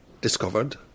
discovered